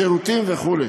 שירותים וכו'.